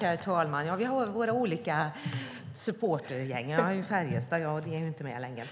Herr talman! Vi har våra olika supportergäng. Jag har ju Färjestad jag, och de är ju inte med längre.